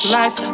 life